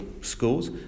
schools